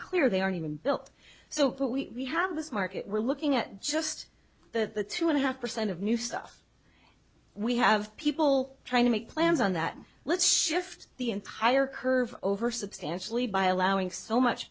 clear they are even built so that we have this market we're looking at just the two and a half percent of new stuff we have people trying to make plans on that let's shift the entire curve over substantially by allowing so much